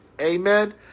Amen